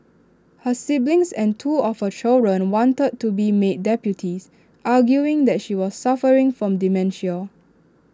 her siblings and two of her children wanted to be made deputies arguing that she was suffering from dementia